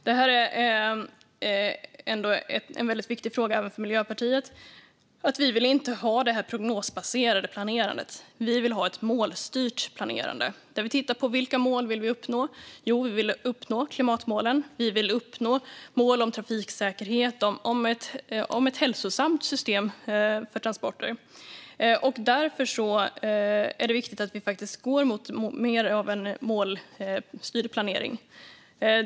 Det är en väldigt viktig fråga för Miljöpartiet. Vi vill inte ha det här prognosbaserade planerandet. Vi vill ha ett målstyrt planerande där vi tittar på vilka mål vi vill uppnå. Vi vill uppnå klimatmålen, mål om trafiksäkerhet och mål om ett hälsosamt system för transporter. Därför är det viktigt att vi går mot mer av en målstyrd planering.